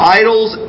idols